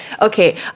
Okay